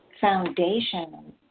foundation